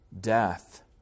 death